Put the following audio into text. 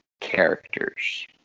characters